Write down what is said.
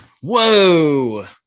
Whoa